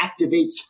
activates